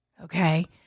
okay